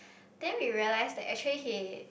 then we realise that actually he